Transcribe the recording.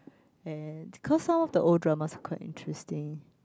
and cause some of the old dramas quite interesting